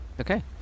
okay